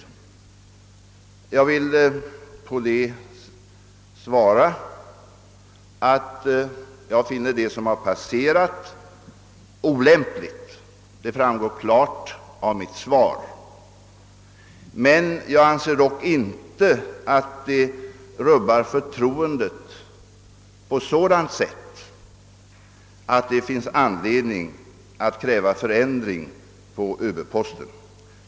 På det vill jag svara att jag finner det som har passerat olämpligt; det framgår klart av mitt svar. Men jag anser inte att det rubbar förtroendet på sådant sätt att det finns anledning att kräva en förändring på ÖB-posten.